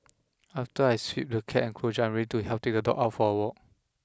after I sweep the cat enclosure I am ready to help take the dog out for a walk